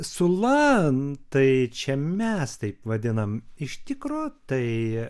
sula tai čia mes taip vadinam iš tikro tai